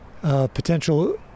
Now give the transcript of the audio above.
potential